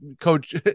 coach